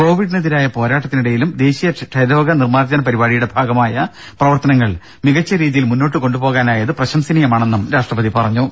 കോവിഡിനെതിരായ പോരാട്ടത്തിനിടയിലും ദേശീയ ക്ഷയരോഗ നിർമാർജന പരിപാടിയുടെ ഭാഗമായ പ്രവർത്തനങ്ങൾ മികച്ചരീതിയിൽ മുന്നോട്ടുകൊണ്ടുപോകാനായത് പ്രശംസനീയമാണെന്നും രാഷ്ട്രപതി പറഞ്ഞു